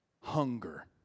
Hunger